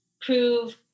prove